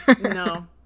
No